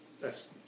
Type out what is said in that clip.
thats